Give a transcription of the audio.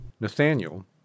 Nathaniel